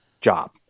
job